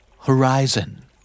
Horizon